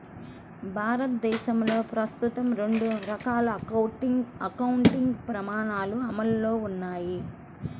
భారతదేశంలో ప్రస్తుతం రెండు రకాల అకౌంటింగ్ ప్రమాణాలు అమల్లో ఉన్నాయి